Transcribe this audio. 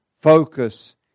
focus